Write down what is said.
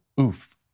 oof